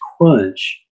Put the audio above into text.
crunch